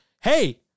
hey